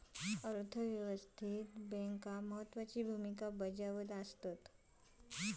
अर्थ व्यवस्थेत बँक महत्त्वाची भूमिका बजावता